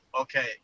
okay